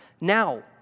now